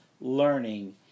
learning